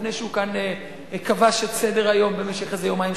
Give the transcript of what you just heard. לפני שהוא כבש כאן את סדר-היום במשך איזה יומיים,